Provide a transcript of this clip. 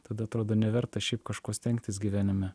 tada atrodo neverta šiaip kažko stengtis gyvenime